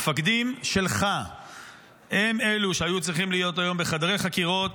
המפקדים שלך הם אלו שהיו צריכים להיות היום בחדרי חקירות,